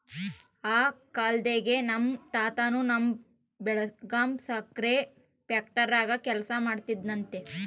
ಆ ಕಾಲ್ದಾಗೆ ನಮ್ ತಾತನ್ ತಮ್ಮ ಬೆಳಗಾಂ ಸಕ್ರೆ ಫ್ಯಾಕ್ಟರಾಗ ಕೆಲಸ ಮಾಡ್ತಿದ್ನಂತೆ